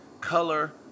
color